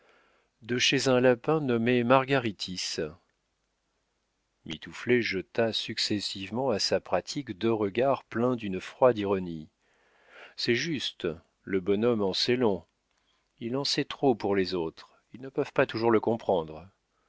de chez un lapin nommé margaritis mitouflet jeta successivement à sa pratique deux regards pleins d'une froide ironie c'est juste le bonhomme en sait long il en sait trop pour les autres ils ne peuvent pas toujours le comprendre